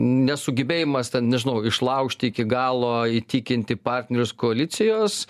nesugebėjimas ten nežinau išlaužti iki galo įtikinti partnerius koalicijos